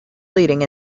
leading